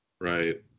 right